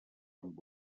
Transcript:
amb